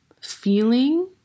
feeling